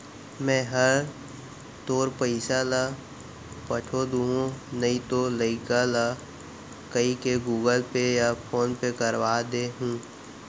मैं हर तोर पइसा ल पठो दुहूँ नइतो लइका ल कइके गूगल पे या फोन पे करवा दे हूँ